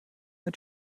mit